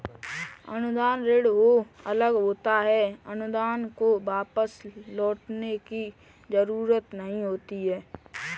अनुदान ऋण से अलग होता है अनुदान को वापस लौटने की जरुरत नहीं होती है